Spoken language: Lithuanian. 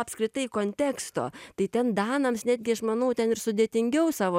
apskritai konteksto tai ten danams netgi aš manau ten ir sudėtingiau savo